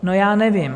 No já nevím.